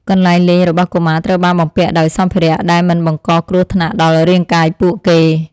កន្លែងលេងរបស់កុមារត្រូវបានបំពាក់ដោយសម្ភារៈដែលមិនបង្កគ្រោះថ្នាក់ដល់រាងកាយពួកគេ។